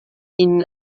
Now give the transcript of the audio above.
ihnen